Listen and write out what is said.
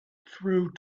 through